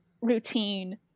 routine